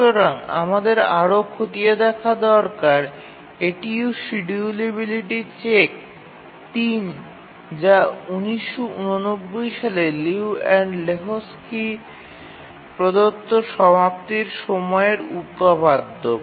সুতরাং আমাদের আরও খতিয়ে দেখা দরকার এটিই শিডিউলিবিলিটি চেক ৩ যা ১৯৮৯ সালে লিউ এবং লেহোকস্কি প্রদত্ত সমাপ্তির সময়ের উপপাদ্য